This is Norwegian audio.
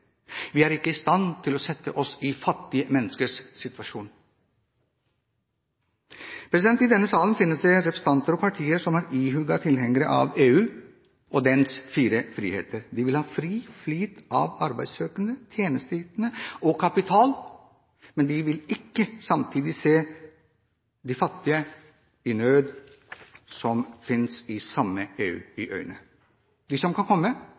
Vi er ikke i stand til å sette oss i fattige menneskers situasjon. I denne salen finnes det representanter og partier som er ihuga tilhengere av EU og dens fire friheter. De vil ha fri flyt av arbeidssøkende, tjenesteytende og kapital, men de vil ikke samtidig se de fattige i nød som finnes i samme EU, i øynene. De som kan komme